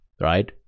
right